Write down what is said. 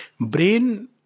Brain